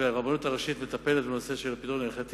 והרבנות הראשית מטפלת בפתרון ההלכתי,